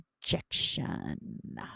projection